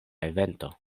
evento